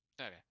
Okay